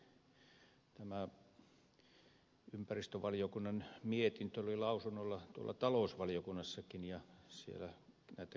tämä ympäristövaliokunnan mietintö oli lausunnolla tuolla talousvaliokunnassakin ja siellä tätä käsiteltiin